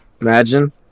Imagine